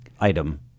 item